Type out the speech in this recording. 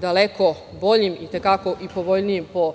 daleko boljim i te kako i povoljnijim po